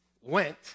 went